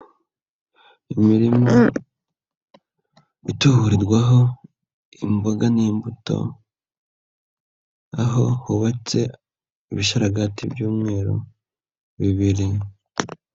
Imirima ituburirwaho imboga n'imbuto, aho hubatse ibisharagati by'umweru bibiri.